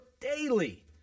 daily